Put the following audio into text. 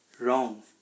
wrong